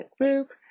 Group